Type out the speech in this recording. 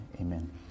Amen